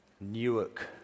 Newark